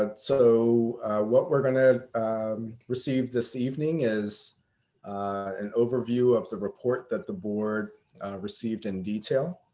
ah so what we're gonna receive this evening is an overview of the report that the board received in detail.